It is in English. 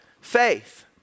faith